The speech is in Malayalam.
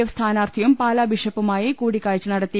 എഫ് സ്ഥാനാർത്ഥിയും പാലാ ബിഷപ്പുമായി കൂടിക്കാഴ്ച നടത്തി